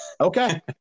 Okay